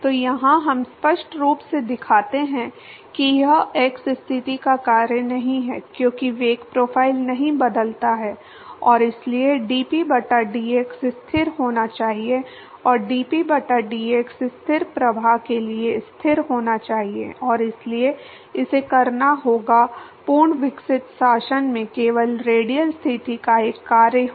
तो यहाँ हम स्पष्ट रूप से दिखाते हैं कि यह x स्थिति का कार्य नहीं है क्योंकि वेग प्रोफ़ाइल नहीं बदलता है और इसलिए dp बटा dx स्थिर होना चाहिए और dp ब dx स्थिर प्रवाह के लिए स्थिर होना चाहिए और इसलिए इसे करना होगा पूर्ण विकसित शासन में केवल रेडियल स्थिति का एक कार्य हो